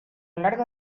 largo